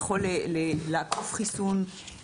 שיכול לעקוף חיסון,